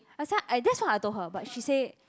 I that's what I told her but she say